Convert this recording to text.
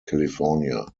california